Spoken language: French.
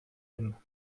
aiment